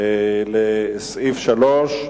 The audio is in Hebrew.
לסעיף 3,